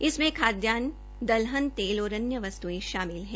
इसमें खाद्यान दलहन तेल और अन्य वस्तुए शामिल हैं